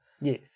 Yes